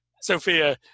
Sophia